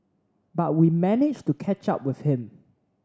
but we managed to catch up with him